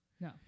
No